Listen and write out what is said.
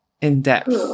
in-depth